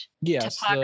yes